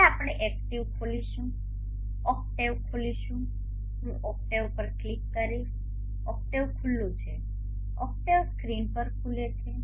હવે આપણે ઓક્ટેવ ખોલીશું હું ઓક્ટેવ પર ક્લિક કરીશ ઓક્ટેવ ખુલ્લું છે ઓક્ટેવ સ્ક્રીન પર ખુલે છે